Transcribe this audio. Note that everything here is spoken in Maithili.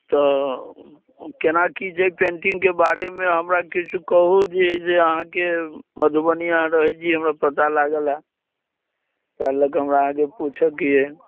तऽ केना कि छै पेन्टिङ्गके बारेमे हमरा किछु कहुँ जे जे अहाँकेँ मधुबनी अहाँ रहैत छी हमरा पता लागलए ताहि लऽ के हमरा अहाँकेँ पुछऽके यऽ